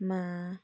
मा